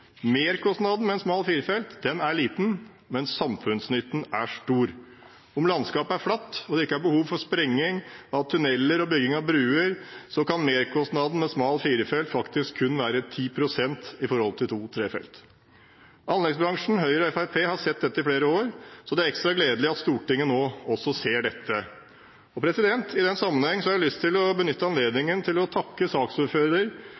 med smal firefelts vei er liten, men samfunnsnytten er stor. Om landskapet er flatt og det ikke er behov for sprengning av tunneler og bygging av bruer, kan merkostnaden med smal firefelts vei faktisk være kun 10 pst. sammenliknet med to-/trefelts vei. Anleggsbransjen, Høyre og Fremskrittspartiet har sett dette i flere år, så det er ekstra gledelig at Stortinget nå også ser dette. I den sammenheng har jeg har lyst til å benytte anledningen til å takke saksordfører